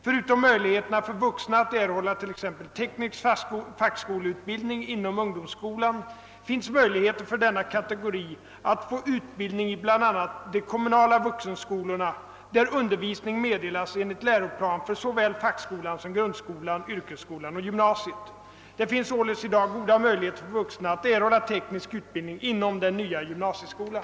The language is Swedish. Förutom möjligheterna för vuxna att erhålla t.ex. teknisk fackskoleutbildning inom ungdomsskolan finns möjligheter för denna kategori att få utbildning i bl.a. de kommunala vuxenskolorna, där undervisning meddelas enligt läroplan för såväl fackskolan som grundskolan, yrkesskolan och gymnasiet. Det finns således i dag goda möjligheter för vuxna att erhålla teknisk utbildning inom den nya gymnasieskolan.